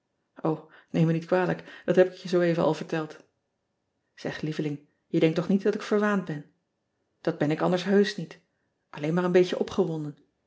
neem me niet kwalijk dat heb ik je zooeven al verteld eg eveling je denkt toch niet dat ik verwaand ben at ben ik anders heusch niet lleen maar een beetje opgewonden